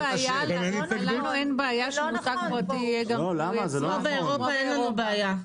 לנו אין בעיה שמותג פרטי יהיה גם --- כמו באירופה אין לנו בעיה.